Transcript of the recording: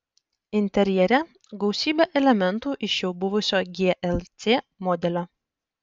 interjere gausybė elementų iš jau buvusio glc modelio